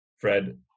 Fred